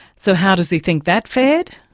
so how does he think that fared?